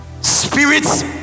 Spirits